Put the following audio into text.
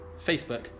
Facebook